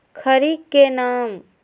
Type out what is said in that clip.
खड़ी के नाम?